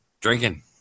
Drinking